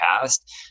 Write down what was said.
past